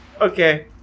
Okay